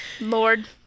Lord